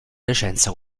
licenza